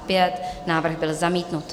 Tento návrh byl zamítnut.